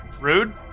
rude